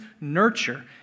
nurture